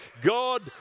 God